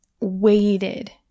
waited